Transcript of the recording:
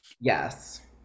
yes